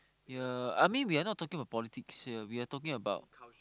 ya I mean we are not talking about politics here we are talking about